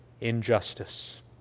injustice